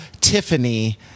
tiffany